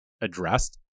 addressed